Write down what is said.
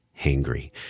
hangry